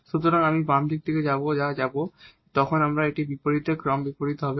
সুতরাং আমি বাম দিক থেকে যা পাবো তখন এটি আমাদের বিপরীতে ক্রমটি বিপরীত হবে